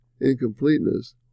incompleteness